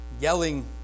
Yelling